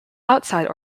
outside